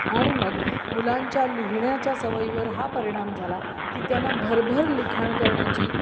आणि मग मुलांच्या लिहिण्याच्या सवयीवर हा परिणाम झाला की त्यांना भरभर लिखाण करण्याची